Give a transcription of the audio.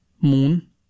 moon